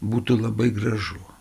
būtų labai gražu